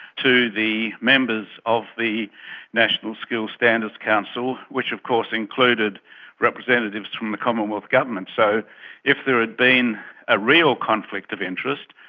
to the members of the national skills standards council, which of course included representatives from the commonwealth government. so if there had been a real conflict of interest,